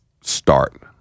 start